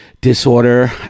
disorder